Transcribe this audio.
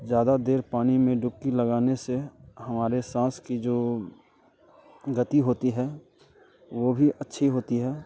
ज़्यादा देर पानी में डुबकी लगाने से हमारे साँस की जो गति होती है वो भी अच्छी होती है